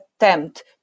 attempt